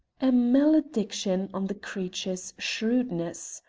a malediction on the creature's shrewdness!